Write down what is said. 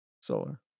Solar